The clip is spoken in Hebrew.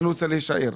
אני רוצה להישאר.